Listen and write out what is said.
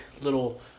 little